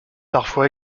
parfois